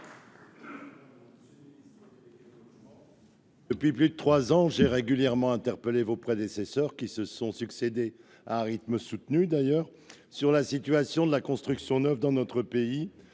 depuis plus de trois ans, j’ai régulièrement interpellé vos prédécesseurs – ils se sont d’ailleurs succédé à un rythme soutenu – sur la situation de la construction neuve dans notre pays,